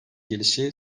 gelişi